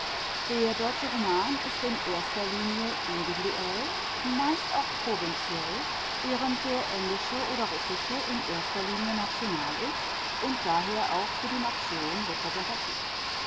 der deutsche roman ist in erster linie individuell meist auch provinziell während der englische oder russische in erster linie national ist und daher auch für die nation